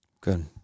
Good